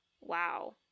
Wow